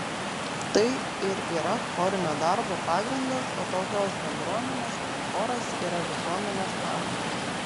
tai ir yra chorinio darbo pagrindas o tokios bendruomenės kaip choras yra visuomenės pamatas